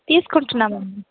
తీసుకుంటున్నామండి